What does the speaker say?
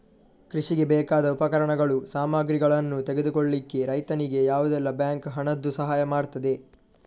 ಕೃಷಿಗೆ ಬೇಕಾದ ಉಪಕರಣಗಳು, ಸಾಮಗ್ರಿಗಳನ್ನು ತೆಗೆದುಕೊಳ್ಳಿಕ್ಕೆ ರೈತನಿಗೆ ಯಾವುದೆಲ್ಲ ಬ್ಯಾಂಕ್ ಹಣದ್ದು ಸಹಾಯ ಮಾಡ್ತದೆ?